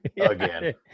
again